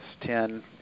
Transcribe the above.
ten